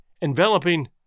enveloping